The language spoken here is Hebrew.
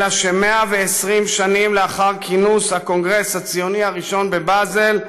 אלא ש-120 שנים לאחר כינוס הקונגרס הציוני הראשון בבאזל,